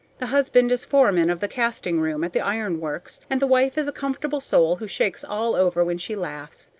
the husband is foreman of the casting room at the iron works, and the wife is a comfortable soul who shakes all over when she laughs.